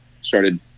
started